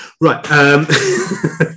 Right